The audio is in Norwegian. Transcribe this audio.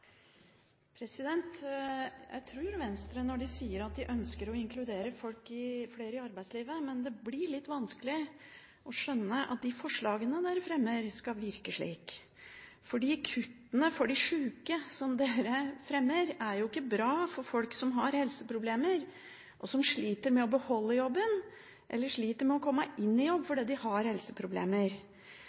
Jeg tror på Venstre når de sier at de ønsker å inkludere flere folk i arbeidslivet, men det blir litt vanskelig å skjønne at de forslagene Venstre fremmer, skal virke slik. Kuttene for de syke som Venstre fremmer, er ikke bra for folk som har helseproblemer, og som sliter med å beholde jobben, eller sliter med å komme inn i jobb fordi de har helseproblemer.